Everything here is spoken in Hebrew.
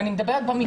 אני מדברת במפעלים.